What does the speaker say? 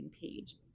page